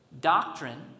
Doctrine